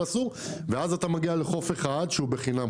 אבל אסור" ואז אתה מגיע לחוף אחד שהוא בחינם,